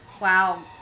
wow